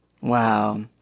Wow